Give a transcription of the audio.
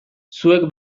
zuek